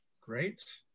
Great